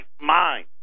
mind